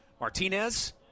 Martinez